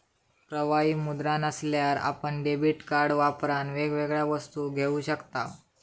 प्रवाही मुद्रा नसल्यार आपण डेबीट कार्ड वापरान वेगवेगळ्या वस्तू घेऊ शकताव